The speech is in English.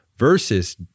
Versus